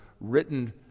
written